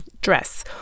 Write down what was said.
dress